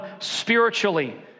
spiritually